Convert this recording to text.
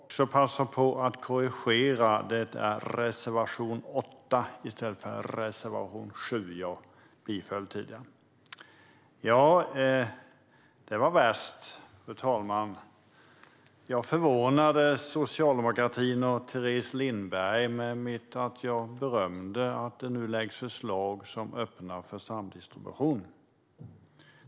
Fru talman! Jag ska passa på att göra en korrigering. Det är reservation 8 i stället för reservation 7 som jag yrkar bifall till. Det var värst, fru talman, hur jag förvånade socialdemokratin och Teres Lindberg med att berömma att det nu läggs fram förslag som öppnar för samdistribution.